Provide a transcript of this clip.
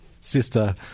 Sister